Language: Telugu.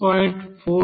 46x0